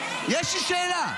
יש לי שאלה.